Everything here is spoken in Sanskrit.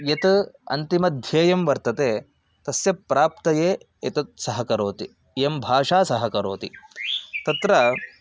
यत् अन्तिमध्येयं वर्तते तस्य प्राप्तये एतत् सहकरोति इयं भाषा सहकरोति तत्र